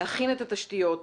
להכין את התשתיות,